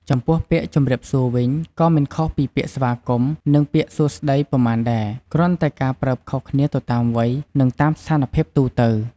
ចំពោះពាក្យ ជម្រាបសួរ វិញក៏មិនខុសពីពាក្យស្វាគមន៍ និងពាក្យសួស្ដីប៉ុន្មានដែរ គ្រាន់តែការប្រើខុសគ្នាទៅតាមវ័យ និងតាមស្ថានភាពទូទៅ។